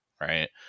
right